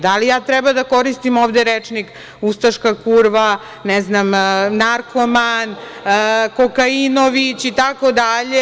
Da li treba da koristim ovde rečnik - ustaška kurva, ne znam - narkoman, kokainović itd?